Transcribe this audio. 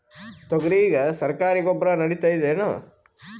ತೊಗರಿಗ ಸರಕಾರಿ ಗೊಬ್ಬರ ನಡಿತೈದೇನು?